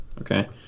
Okay